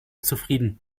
zufrieden